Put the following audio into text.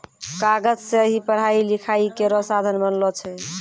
कागज सें ही पढ़ाई लिखाई केरो साधन बनलो छै